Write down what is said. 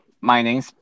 mining